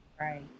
Right